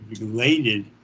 related